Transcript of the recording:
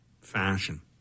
fashion